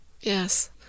Yes